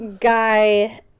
guy